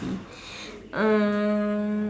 um